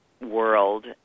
world